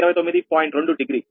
2 degree